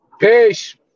Peace